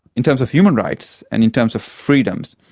in terms of human rights, and in terms of freedoms,